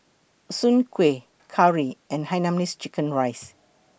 Soon Kuih Curry and Hainanese Chicken Rice